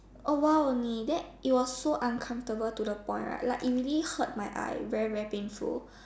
awhile only then it was so uncomfortable to the point right like it really hurt my eye very very painful